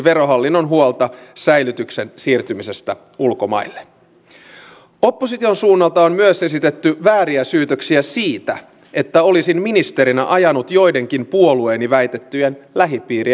pidän kyllä sitä aivan vääränä signaalina tässä ajassa jossa kuten täällä lukuisista puheenvuoroista on kuultu turvattomuus kansalaisten keskuudessa vain lisääntyy